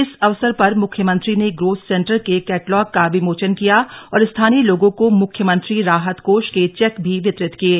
इस अवसर पर मुख्यमंत्री ने ग्रोथ सेंटर के कैटलॉग का विमोचन किया और स्थानीय लोगों को मुख्यमंत्री राहत कोष के चेक भी वितरित किये